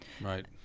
Right